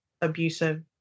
abusive